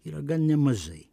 yra gan nemažai